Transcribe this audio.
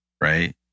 right